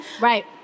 Right